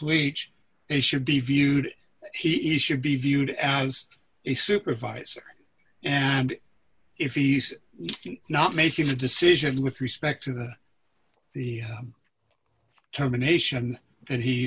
each they should be viewed he should be viewed as a supervisor and if he's not making the decision with respect to the the terminations and he